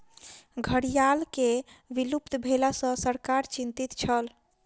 घड़ियाल के विलुप्त भेला सॅ सरकार चिंतित छल